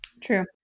True